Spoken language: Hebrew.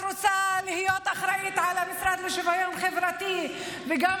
את רוצה להיות אחראית למשרד לשוויון חברתי וגם